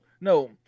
no